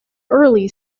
early